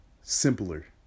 simpler